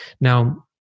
Now